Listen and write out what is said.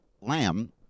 Lamb